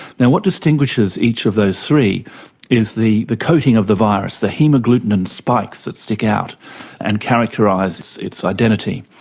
and what distinguishes each of those three is the the coating of the virus, the hemagglutinin spikes that stick out and characterise its identity.